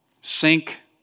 sink